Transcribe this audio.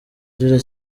arira